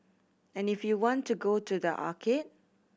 and if you want to go to the arcade